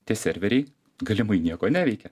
tie serveriai galimai nieko neveikia